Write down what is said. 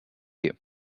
you